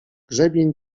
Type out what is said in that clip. grzebień